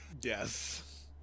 Yes